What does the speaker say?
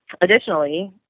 additionally